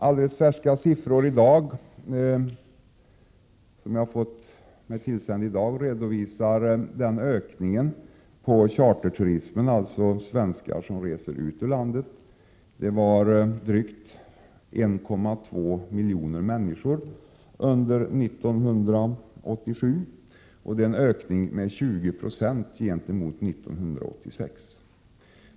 Alldeles färska siffror, som jag har fått mig tillsända i dag, redovisar ökningen inom charterturismen, alltså svenskar som reser ut ur landet. Det gjorde drygt 1,2 miljoner människor under 1987. Det är en ökning med 20 76 gentemot 1986.